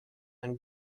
and